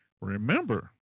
Remember